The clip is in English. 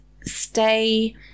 stay